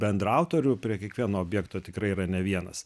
bendraautorių prie kiekvieno objekto tikrai yra ne vienas